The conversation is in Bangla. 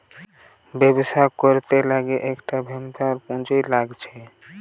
ব্যবসা করতে গ্যালে একটা ভেঞ্চার পুঁজি লাগছে